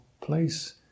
place